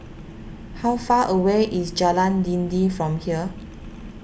how far away is Jalan Dinding from here